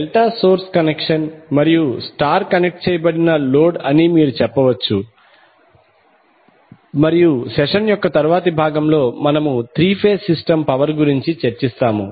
delta source connection మరియు star connect చేయబడిన load అని మీరు చెప్పవచ్చు మరియు సెషన్ యొక్క తరువాతి భాగంలో మనము త్రీ ఫేజ్ సిస్టమ్ పవర్ గురించి చర్చిస్తాము